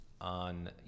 on